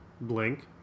Blink